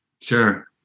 Sure